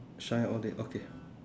shine all day okay